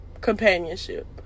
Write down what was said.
companionship